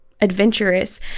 adventurous